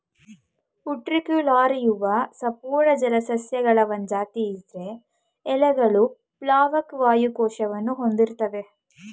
ಉಟ್ರಿಕ್ಯುಲಾರಿಯವು ಸಪೂರ ಜಲಸಸ್ಯಗಳ ಒಂದ್ ಜಾತಿ ಇದ್ರ ಎಲೆಗಳು ಪ್ಲಾವಕ ವಾಯು ಕೋಶವನ್ನು ಹೊಂದಿರ್ತ್ತವೆ